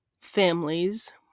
families